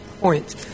point